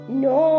no